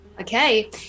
okay